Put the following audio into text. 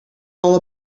all